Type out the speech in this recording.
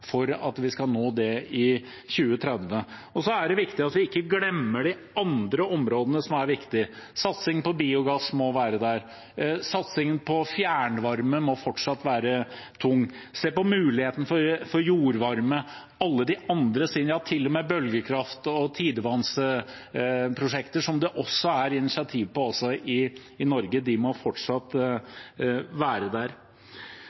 for at vi skal nå det i 2030. Så er det viktig at vi ikke glemmer de andre områdene som er viktige: Satsingen på biogass må være der, satsingen på fjernvarme må fortsatt være tung, vi må se på muligheten for jordvarme, og alt det andre – ja, til og med bølgekraft og tidevannsprosjekter, som det også er initiativer på i Norge. De må fortsatt være der.